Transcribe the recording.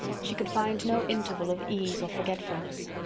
she could find no interval of ease or forgetfulness.